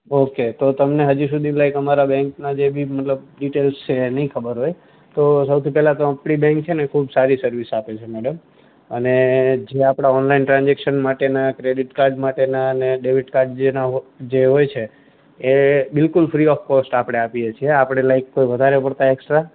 okay તો તમને હજી સુધી લાઇક અમારા બેન્કના જે બી મતલબ ડિટેલ્સ છે એ નહીં ખબર હોય તો સૌથી પહેલાં તો આપણી બેંક છે ને ખૂબ સારી સર્વિસ આપે છે મેડમ અને જે આપણાં ઓનલાઇન ટ્રાન્ઝેક્શન માટેનાં ક્રેડિટ કાર્ડ માટેના ને ડેબિટ કાર્ડ જેના હો જે હોય છે એ બિલકુલ ફ્રી ઓફ કોસ્ટ આપણે આપીએ છીએ આપણે લાઇક કોઇ વધારે પડતાં એકસ્ટ્રા